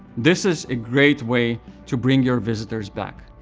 this is a great way to bring your visitors back.